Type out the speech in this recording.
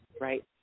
right